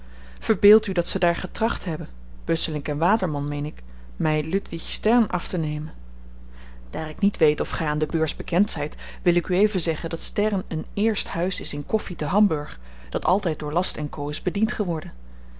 verbeeld u dat ze daar getracht hebben busselinck waterman meen ik my ludwig stern aftenemen daar ik niet weet of gy aan de beurs bekend zyt wil ik u even zeggen dat stern een eerst huis is in koffi te hamburg dat altyd door last co is bediend geworden